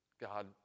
God